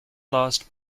last